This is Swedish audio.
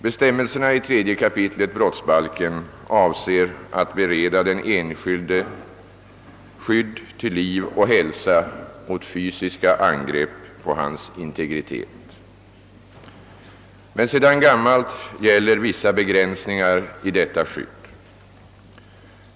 Bestämmelserna i 3 kap. brottsbalken avser att bereda den enskilde skydd till liv och hälsa mot fysiska angrepp på hans integritet. Sedan gammalt gäller emellertid vissa begränsningar i detta skydd.